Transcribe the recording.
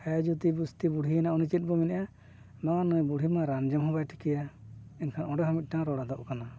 ᱟᱭᱚ ᱡᱩᱫᱤ ᱡᱟᱹᱥᱛᱤ ᱵᱩᱲᱦᱤ ᱮᱱᱟᱭ ᱩᱱᱤ ᱪᱮᱫ ᱵᱚᱱ ᱢᱮᱱᱮᱜᱼᱟ ᱵᱟᱝᱟ ᱱᱩᱭ ᱵᱩᱲᱦᱤ ᱢᱟ ᱨᱟᱱ ᱡᱚᱢ ᱦᱚᱸ ᱵᱟᱭ ᱴᱷᱤᱠᱟᱹᱭᱟ ᱮᱱᱠᱷᱟᱱ ᱚᱸᱰᱮ ᱦᱚᱸ ᱢᱤᱫᱴᱟᱝ ᱨᱚᱲ ᱟᱫᱚᱜ ᱠᱟᱱᱟ